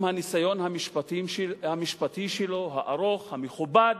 עם הניסיון המשפטי הארוך שלו, המכובד,